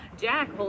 Jack